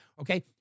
Okay